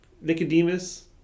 Nicodemus